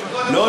לא,